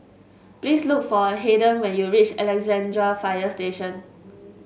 please look for Haden when you reach Alexandra Fire Station